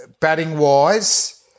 Batting-wise